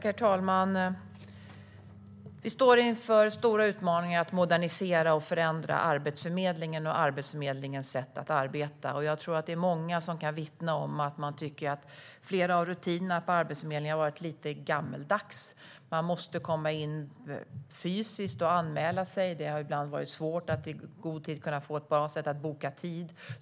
Herr talman! Vi står inför stora utmaningar att modernisera och förändra Arbetsförmedlingen och dess sätt att arbeta. Det är nog många som kan vittna om att flera av rutinerna på Arbetsförmedlingen har varit lite gammaldags. Man måste fysiskt inställa sig för att anmäla sig. Det har ibland varit svårt att hitta ett bra sätt för att boka tid.